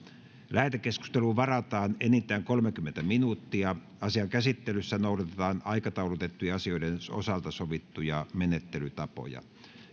lähetekeskusteluun varataan enintään kolmekymmentä minuuttia asian käsittelyssä noudatetaan aikataulutettujen asioiden osalta sovittuja menettelytapoja